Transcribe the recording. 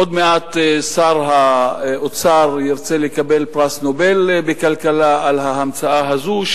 עוד מעט שר האוצר ירצה לקבל פרס נובל לכלכלה על ההמצאה הזאת,